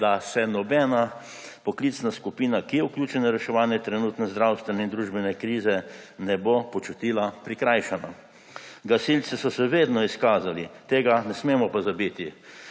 da se nobena poklicna skupina, ki je vključena v reševanje trenutne zdravstvene in družbene krize, ne bo počutila prikrajšano. Gasilci so se vedno izkazali. Tega ne smemo pozabiti.